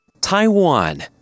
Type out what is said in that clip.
Taiwan